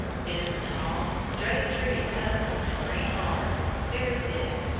it is a tall, straight tree covered with a green bark, very thick,